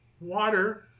Water